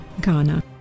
Ghana